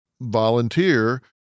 volunteer